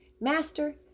master